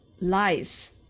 Lies